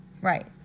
Right